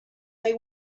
they